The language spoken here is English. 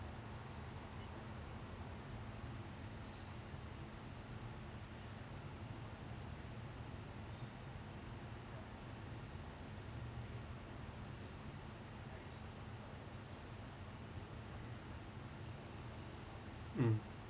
mm